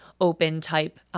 open-type